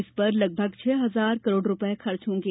इस पर लगभग छह हजार करोड़ रुपए खर्च होंगे